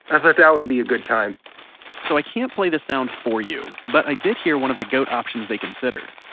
i thought that would be a good time so, i can't play the sound for you, but i did hear one of the goat options they considered,